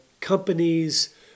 companies